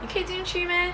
你可以进去 meh